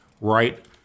right